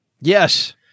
Yes